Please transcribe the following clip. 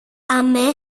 αμέ